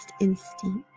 instinct